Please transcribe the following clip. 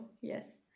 Yes